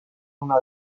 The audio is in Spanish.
una